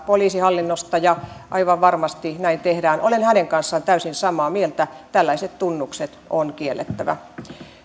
poliisihallinnosta ja aivan varmasti näin tehdään olen hänen kanssaan täysin samaa mieltä tällaiset tunnukset on kiellettävä